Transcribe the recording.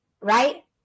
right